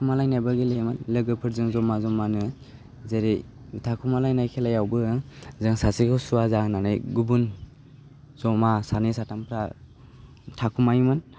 थाखोमालायनायबो गेलेयोमोन लोगोफोरजों जमा जमानो जेरै थाखोमालायनाय खेलायावबो जोंहा सासेखौ सुवा जाहोनानै गुबुन जमा सानै साथामफ्रा थाखोमायोमोन